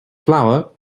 flour